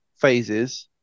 phases